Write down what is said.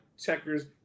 checkers